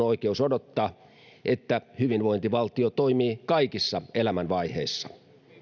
oikeus odottaa että hyvinvointivaltio toimii kaikissa elämänvaiheissa